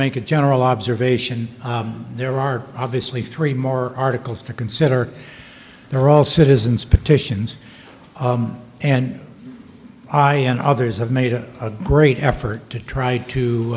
make a general observation there are obviously three more articles to consider there are all citizens petitions and i and others have made a great effort to try to